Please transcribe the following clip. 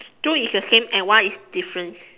two is the same and one is difference